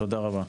תודה רבה.